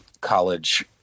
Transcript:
college